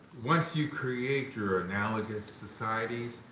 once you create your analogous societies,